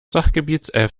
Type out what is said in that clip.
sachgebiets